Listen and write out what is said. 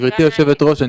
גברתי היושבת-ראש,